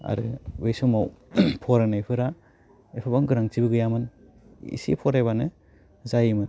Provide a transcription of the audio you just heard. आरो बे समाव फरायनायफोरा एफाबां गोनांथिबो गैयामोन एसे फरायबानो जायोमोन